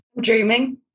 dreaming